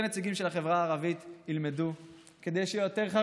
כדי שיותר נציגים של החברה הערבית ילמדו,